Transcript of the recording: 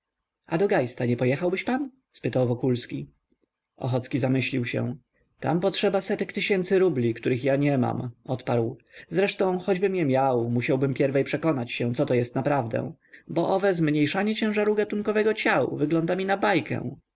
a do geista nie pojechałbyś pan spytał wokulski ochocki zamyślił się tam potrzeba setek tysięcy rubli których ja nie mam odparł zresztą choćbym je miał musiałbym pierwej przekonać się coto jest naprawdę bo owe zmniejszanie ciężaru gatunkowego ciał wygląda mi na bajkę